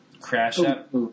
crash-up